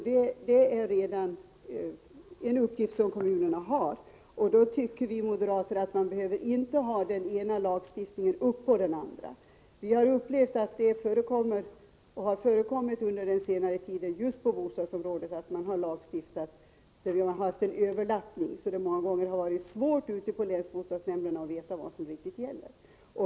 Det är alltså en uppgift som kommunerna redan har, och då tycker vi moderater att man inte behöver ha den ena lagstiftningen ovanpå den andra. Under senare tid har det ju på bostadsområdet förekommit att man har lagstiftat med en överlappning, som många gånger har gjort det svårt för länsbostadsnämnderna att veta riktigt vad som gäller.